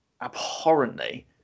abhorrently